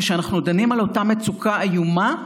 כשאנחנו דנים על אותה מצוקה איומה,